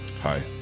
Hi